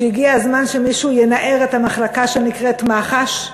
שהגיע הזמן שמישהו ינער את המחלקה שנקראת מח"ש,